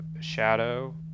shadow